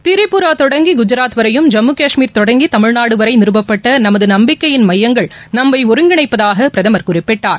திரிபுரா தொடங்கி குஜராத் வரையும் ஜம்மு காஷ்மீர் தொடங்கி தமிழ்நாடு வரை நிறுவப்பட்ட நமது நம்பிக்கையின் மையங்கள் நம்மை ஒருங்கிணைப்பதாக பிரதமர் குறிப்பிட்டார்